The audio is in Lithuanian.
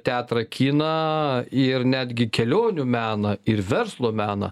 teatrą kiną ir netgi kelionių meną ir verslo meną